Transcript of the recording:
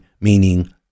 meaning